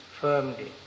firmly